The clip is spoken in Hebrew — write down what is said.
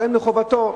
ואין מחובתו,